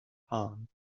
ponds